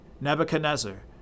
Nebuchadnezzar